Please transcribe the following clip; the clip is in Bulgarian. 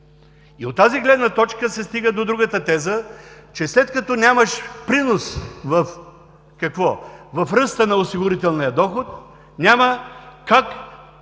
От тази гледна точка се стига до другата теза, че след като нямаш принос в ръста на осигурителния доход, няма как твоята